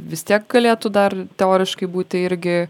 vis tiek galėtų dar teoriškai būti irgi